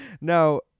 No